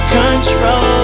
control